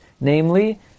Namely